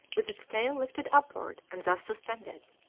with its tail lifted upward and thus suspended,